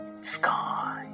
sky